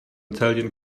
italian